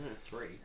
Three